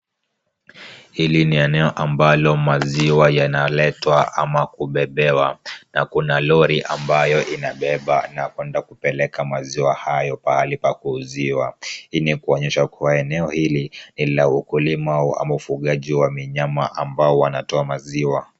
Hili ni eneo ambalo maziwa yanaletwa ama kubebewa, na kuna lori ambayo inabeba na kwenda kupeleka maziwa hayo pali pa kuuziwa. Hii ni kuonyesha kuwa eneo hili ni la ukulima ama ufugaji wa minyama ambao wanatoa maziwa.